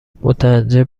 متعجب